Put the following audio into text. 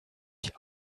die